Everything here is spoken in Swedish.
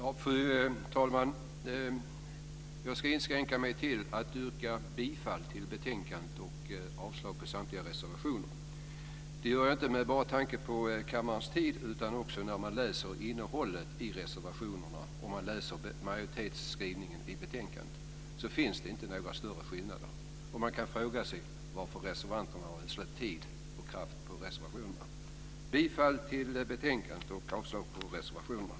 Fru talman! Jag inskränker mig till att yrka bifall till utskottets hemställan och avslag på samtliga reservationer. Det gör jag inte bara med tanke på kammarens tid. Inte heller när man läser innehållet i reservationerna och majoritetsskrivningen i betänkandet finner man några större skillnader. Man kan fråga sig varför reservanterna ödslat tid och kraft på reservationerna.